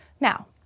Now